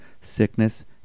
sickness